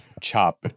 chop